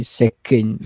second